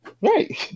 Right